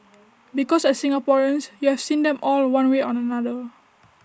because as Singaporeans you have seen them all one way or another